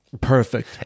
perfect